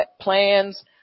plans